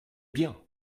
bien